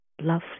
Love